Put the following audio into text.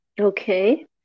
okay